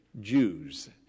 Jews